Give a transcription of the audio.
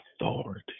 authority